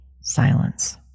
silence